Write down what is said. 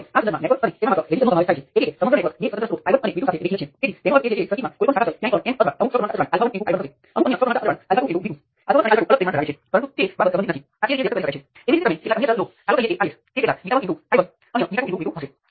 એ જ રીતે આ ઇક્વિવેલન્ટ સર્કિટ્સ થેવેનિન અને નોર્ટન પર પાછા આવીને ચાલો આપણે એક સરળ કેસ લઈએ